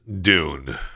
Dune